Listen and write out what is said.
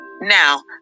Now